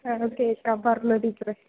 ആആ കേൾക്കാം പറഞ്ഞോ ടീച്ചറെ